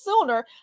sooner